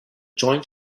joint